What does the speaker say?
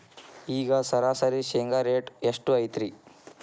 ಈಗ ಸರಾಸರಿ ಶೇಂಗಾ ರೇಟ್ ಎಷ್ಟು ಐತ್ರಿ?